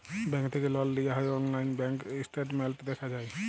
bank থ্যাকে লল লিয়া হ্যয় অললাইল ব্যাংক ইসট্যাটমেল্ট দ্যাখা যায়